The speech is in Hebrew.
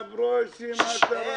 ברושי, מה קרה?